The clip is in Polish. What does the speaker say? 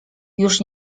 już